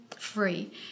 free